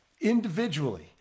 individually